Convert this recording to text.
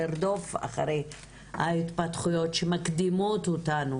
לרדוף אחרי ההתפתחויות שמקדימות אותנו,